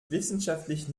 wissenschaftlich